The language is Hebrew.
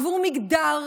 עבור מגדר?